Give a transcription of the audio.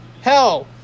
Hell